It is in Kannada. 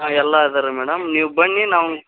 ಹಾಂ ಎಲ್ಲ ಅದರೆ ಮೇಡಮ್ ನೀವು ಬನ್ನಿ ನಾವು